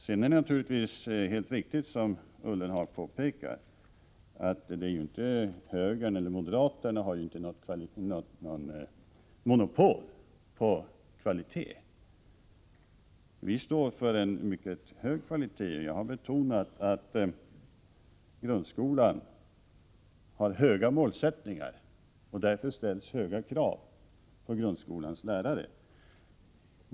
Sedan är det naturligtvis helt riktigt som Jörgen Ullenhag påpekar, att moderaterna inte har något monopol på kvalitet. Vi står för en mycket hög kvalitet. Jag har betonat att grundskolan har höga målsättningar och därför ställer höga krav på grundskolans lärare.